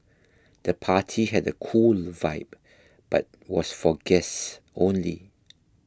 the party had a cool vibe but was for guests only